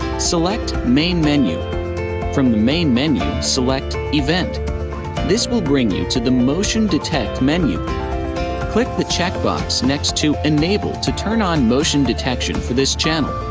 select main menu from the main menu, select event this will bring you to the motion detect menu click the checkbox next to enable to turn on motion detection for this channel.